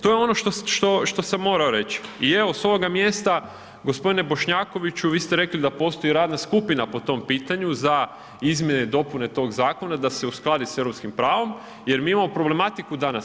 To je ono što sam morao reći i evo, s ovoga mjesta, g. Bošnjakoviću, vi ste rekli da postoji radna skupina po tom pitanju, za izmjene i dopune tog zakona, da se uskladi s europskim pravom jer mi imamo problematiku danas.